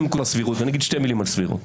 זה מקושר לסבירות ואני אגיד שתי מילים על סבירות.